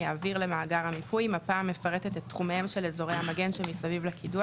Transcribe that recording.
יעביר למאגר המיפוי מפה המפרטת את תחומיהם של אזורי המגן שמסביב לקידוח,